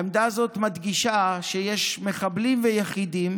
העמדה הזאת מדגישה שיש מחבלים ויחידים